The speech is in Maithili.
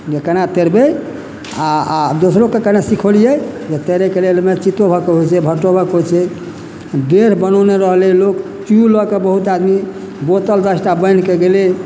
जे केना तैरबै आ आ दोसरोके केना सिखौलियै जे तैरैके लेल ओहिमे चितोभक होइ छै भट्टो भऽकऽ होइ छै डेढ़ बनौने रहलै लोक चू लऽ कऽ बहुत आदमी बोतल दसटा बान्हि कऽ गेलै